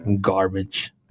Garbage